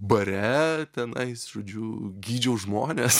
bare ten ais žodžiu gydžiau žmones